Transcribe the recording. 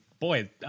Boy